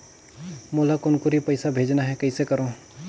मोला कुनकुरी पइसा भेजना हैं, कइसे करो?